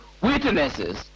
witnesses